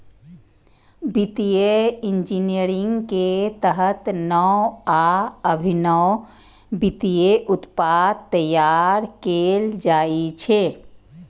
वित्तीय इंजीनियरिंग के तहत नव आ अभिनव वित्तीय उत्पाद तैयार कैल जाइ छै